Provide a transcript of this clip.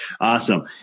Awesome